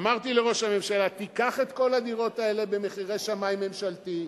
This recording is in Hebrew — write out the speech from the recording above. אמרתי לראש הממשלה: תיקח את כל הדירות האלה במחירי שמאי ממשלתי,